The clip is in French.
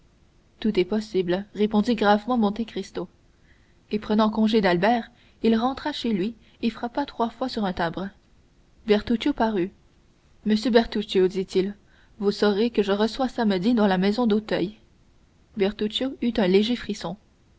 tout est possible répondit gravement monte cristo et prenant congé d'albert il rentra chez lui et frappa trois fois sur son timbre bertuccio parut monsieur bertuccio dit-il vous saurez que je reçois samedi dans ma maison d'auteuil bertuccio eut un léger frisson